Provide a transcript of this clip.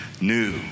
new